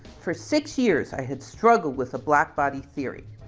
for six years, i had struggled with a black body theory.